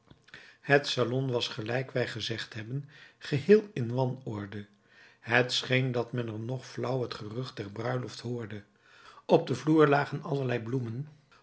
het salon was gelijk wij gezegd hebben geheel in wanorde het scheen dat men er noch flauw het gerucht der bruiloft hoorde op den vloer lagen allerlei bloemen